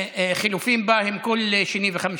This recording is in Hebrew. שהחילופים בה הם כל שני וחמישי.